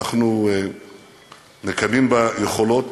אנחנו מקיימים בה יכולות